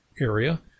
area